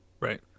Right